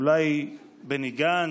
אולי בני גנץ,